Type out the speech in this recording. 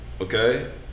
okay